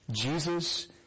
Jesus